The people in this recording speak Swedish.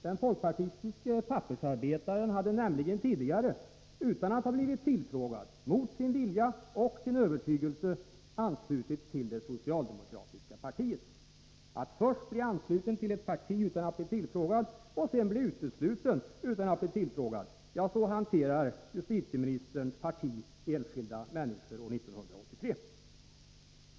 Den folkpartistiske pappersarbetaren hade nämligen tidigare, utan att ha blivit tillfrågad, mot sin vilja och sin övertygelse, anslutits till det socialdemokratiska partiet. Att först bli ansluten till ett parti utan att bli tillfrågad och sedan bli utesluten utan att bli tillfrågad — ja, så hanterar justitieministerns parti enskilda människor år 1983.